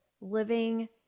living